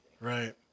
Right